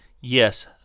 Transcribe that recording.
Yes